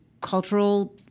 cultural